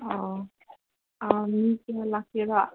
ꯑꯥꯎ ꯑꯥ ꯃꯤ ꯀꯌꯥ ꯂꯥꯛꯀꯦꯔꯥ